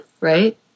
right